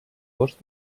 gos